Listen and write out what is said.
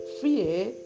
fear